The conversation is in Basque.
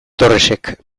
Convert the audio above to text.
torresek